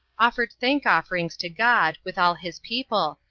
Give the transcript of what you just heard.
offered thank-offerings to god, with all his people,